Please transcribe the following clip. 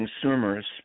consumers